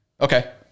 Okay